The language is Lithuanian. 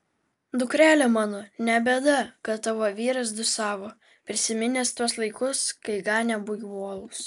dukrele mano ne bėda kad tavo vyras dūsavo prisiminęs tuos laikus kai ganė buivolus